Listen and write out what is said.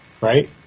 right